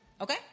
Okay